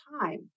time